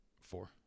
Four